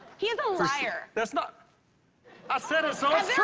he is a liar. that's not i said it, so it's yeah